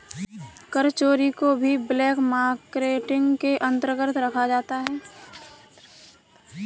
कर चोरी को भी ब्लैक मार्केटिंग के अंतर्गत रखा जाता है